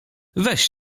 weź